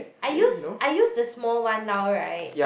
I use I use the small one now right